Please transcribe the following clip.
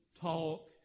talk